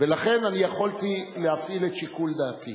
ולכן יכולתי להפעיל את שיקול דעתי.